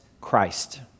Christ